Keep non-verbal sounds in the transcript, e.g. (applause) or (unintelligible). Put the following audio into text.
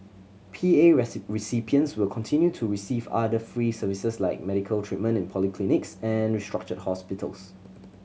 P A (unintelligible) recipients will continue to receive other free services like medical treatment in polyclinics and restructured hospitals